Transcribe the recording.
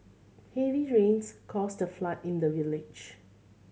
heavy rains caused the flood in the village